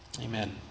amen